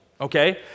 Okay